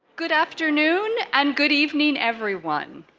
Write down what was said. good afternoon, and good evening, everyone.